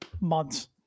months